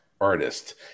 artist